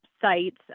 sites